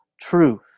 truth